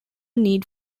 need